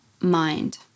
mind